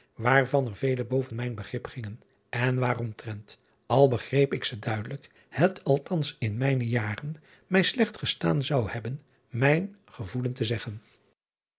waarvan er vele boven mijn begrip gingen en waaromtrent al begreep ik ze duidelijk het althans in mijne jaren mij slecht gestaan zou hebben mijn gevoelen te zeggen